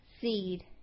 seed